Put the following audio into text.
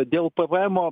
dėl pv emo